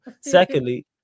Secondly